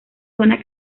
zona